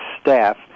staff